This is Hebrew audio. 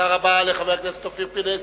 תודה רבה לחבר הכנסת אופיר אקוניס.